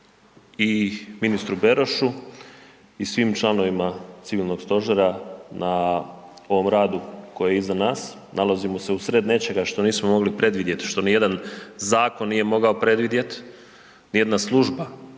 i ministru Berošu i svim članovima Civilnog stožera na ovom radu koji je iza nas, nalazimo se u sred nečega što nismo mogli predvidjeti, što ni jedan zakon nije mogao predvidjeti, ni jedna služba